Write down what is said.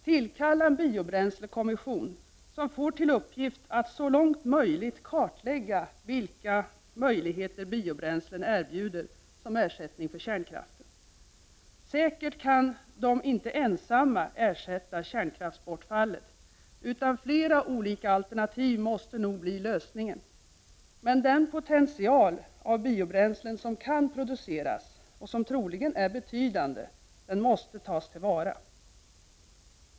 Tillkalla en biobränslekommission som får till uppgift att så långt möjligt kartlägga vilka möjligheter biobränslena erbjuder som ersättning för kärnkraften! Dessa kan säkert inte ensamma ersätta kärnkraftsbortfallet, utan flera olika alternativ måste nog bli lösningen. Men den potential av biobränslen som kan produceras, och som troligen är betydande, måste tas till vara.